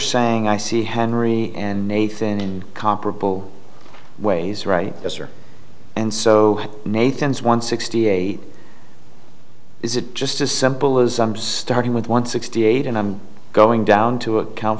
saying i see henry and nathan in comparable ways right mr and so nathan's one sixty eight is it just as simple as i'm starting with one sixty eight and i'm going down to account